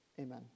amen